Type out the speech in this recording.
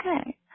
okay